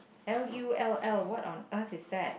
L_U_L_L what on earth is that